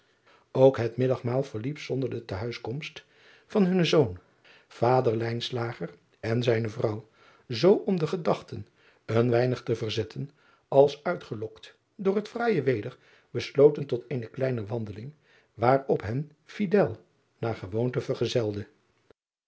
ok het middagmaal verliep zonder de te huiskomst van hunnen zoon ader en zijne vrouw zoo om de gedachten een weinig te verzetten als uitgelokt door het fraaije weder besloten tot eene kleine wandeling waarop hen fidel naar gewoonte vergezelde